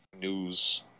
news